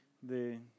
de